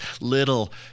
little